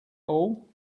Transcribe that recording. all